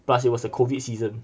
plus it was the COVID season